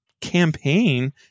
campaign